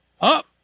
Up